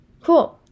Cool